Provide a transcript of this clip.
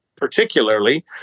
particularly